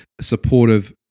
supportive